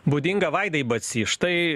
būdinga vaidai bacy štai